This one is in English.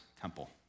temple